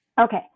Okay